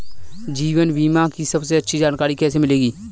जीवन बीमा की सबसे अच्छी जानकारी कैसे मिलेगी?